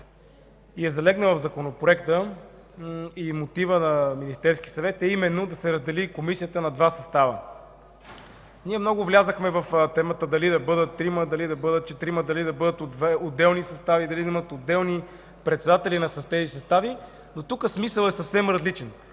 и е залегнала в Законопроекта и в мотива на Министерския съвет, е именно Комисията да се раздели на два състава. Ние много навлязохме в темата дали да бъдат трима, четирима, дали да бъдат два отделни състава, дали да имат отделни председатели тези състави, но тук смисълът е съвсем различен.